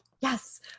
yes